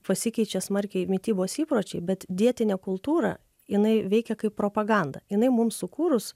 pasikeičia smarkiai mitybos įpročiai bet dietinė kultūra jinai veikia kaip propaganda jinai mum sukūrus